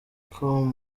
com